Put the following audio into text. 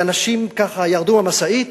ונסעה ונסעה, ואנשים ירדו מהמשאית